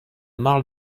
mar